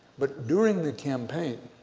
but during the campaign